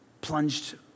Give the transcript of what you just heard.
plunged